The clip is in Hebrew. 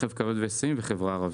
רכב כבד והיסעים וחברה ערבית.